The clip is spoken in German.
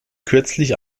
kürzlich